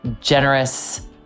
generous